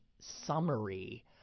summary